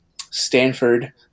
Stanford